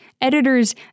editors